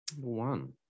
one